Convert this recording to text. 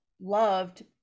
loved